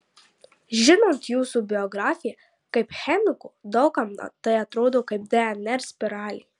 žinant jūsų biografiją kaip chemiko daug kam tai atrodo kaip dnr spiralė